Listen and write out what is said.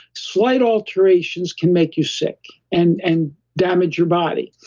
slight alterations can make you sick and and damage your body.